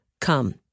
come